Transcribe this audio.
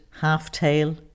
half-tail